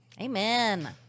Amen